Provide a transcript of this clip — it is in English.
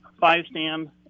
five-stand